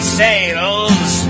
sails